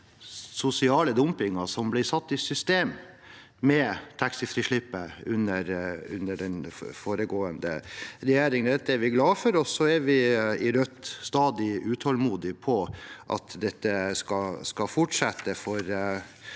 sosiale dumpingen som ble satt i system med taxifrislippet under den forrige regjeringen. Dette er vi glad for, og vi i Rødt er stadig utålmodig etter at dette skal fortsette. Når